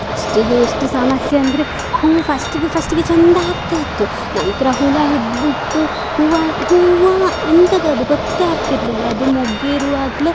ಫಸ್ಟಿಗೆ ಎಷ್ಟು ಸಮಸ್ಯೆ ಅಂದರೆ ಹೂವು ಫಸ್ಟಿಗೆ ಫಸ್ಟಿಗೆ ಚಂದಾ ಆಗ್ತಾಯಿತ್ತು ನಂತರ ಹುಳು ಹಿಡಿದ್ಬಿಟ್ಟು ಹೂವು ಹೂವು ಎಂಥದು ಅದು ಗೊತ್ತೇ ಆಗ್ತಿರಲಿಲ್ಲ ಅದು ಮೊಗ್ಗಿರುವಾಗಲೇ